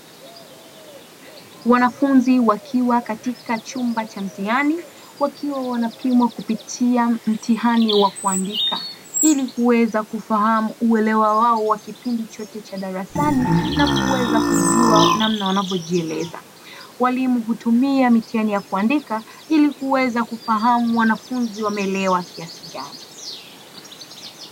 Wanafunzi wakiwa katika chumba cha mtihani, wakiwa wanapimwa kupitia mtihani wa kuandika, ili kuweza kufahamu uelewa wao wa kipindi chote cha darasani, na kuweza kujua namna wanavyojieleza; walimu hutumia mitihani ya kuandika ili kuweza kufahamu wanafunzi wameelewa kiasi gani.